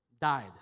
died